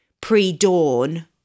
pre-dawn